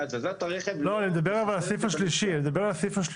אני מדבר על הניסוח של פסקה (3).